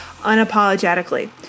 unapologetically